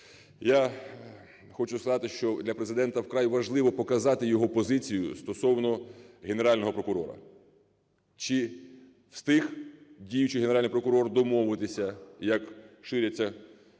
Я хочу сказати, що для Президента вкрай важливо показати його позицію стосовно Генерального прокурора: чи встиг діючий Генеральний прокурор домовитися, як ширяться кулуарами